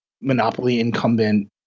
monopoly-incumbent